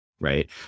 right